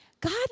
God